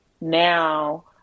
now